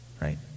right